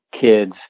kids